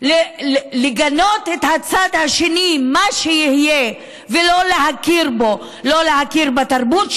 את סייענית טרור.